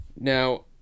now